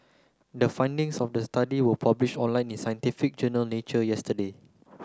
the findings of the study were publish online in scientific journal Nature yesterday